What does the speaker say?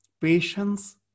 patience